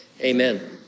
amen